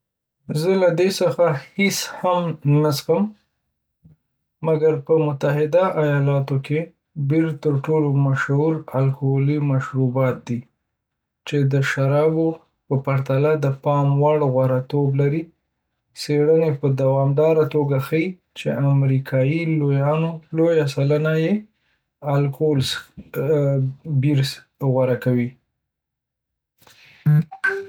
زه له دې څخه هیڅ نه څښم. مګر په متحده ایالاتو کې، بیر ترټولو مشهور الکولي مشروبات دي، چې د شرابو په پرتله د پام وړ غوره توب لري. څیړنې په دوامداره توګه ښیې چې د امریکایی لویانو لویه سلنه چې الکول څښي بیر غوره کوي.